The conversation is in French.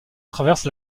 traverse